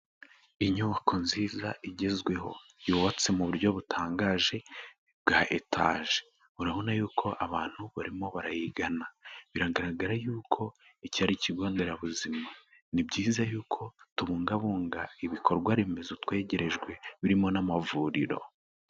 Inyubako nziza igezweho yubatse mu buryo butangaje bwa etaje, urabona yuko abantu barimo barayigana biragaragara yuko iki ari ikigo nderabuzima, ni byiza yuko tubungabunga ibikorwa remezo twegerejwe birimo n'amavuriro.